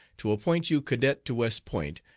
to appoint you cadet to west point,